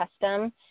custom